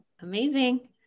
Amazing